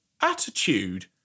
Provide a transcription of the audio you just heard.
attitude